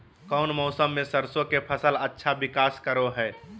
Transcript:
कौन मौसम मैं सरसों के फसल अच्छा विकास करो हय?